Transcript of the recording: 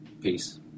Peace